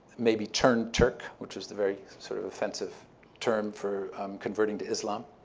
maybe turned turk, which is the very sort of offensive term for converting to islam.